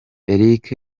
eric